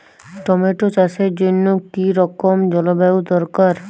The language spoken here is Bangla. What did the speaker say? টমেটো চাষের জন্য কি রকম জলবায়ু দরকার?